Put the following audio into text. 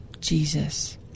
Jesus